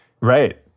Right